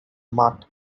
mutt